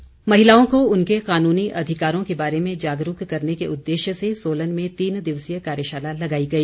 कार्यशाला महिलाओं को उनके कानूनी अधिकारों के बारे में जागरूक करने के उददेश्य से सोलन में तीन दिवसीय कार्यशाला लगाई गई